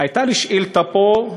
הייתה לי שאילתה פה,